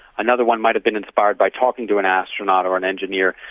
another one might have been inspired by talking to an astronaut or an engineer.